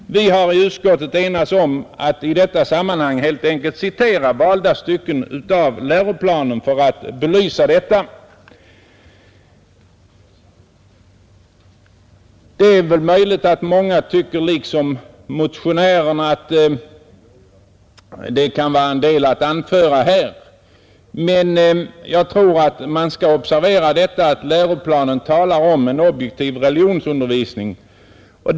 I utskottet har vi enats om att i detta sammanhang helt enkelt citera valda stycken ur läroplanen för att belysa detta. Det är möjligt att många tycker liksom motionärerna, att det kan vara en del kritiska anmärkningar att anföra här. Men man bör observera att läroplanen talar om en objektiv religionsundervisning.